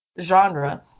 genre